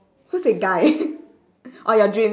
so who's that guy oh your dreams